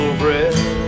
breath